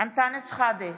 אנטאנס שחאדה,